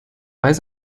weiß